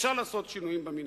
אפשר לעשות שינויים במינהל.